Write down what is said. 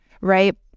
right